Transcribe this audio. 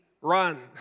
run